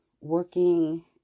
working